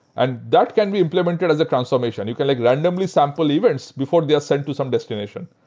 and that can be implemented as a transformation. you can like randomly sample events before they are sent to some destination.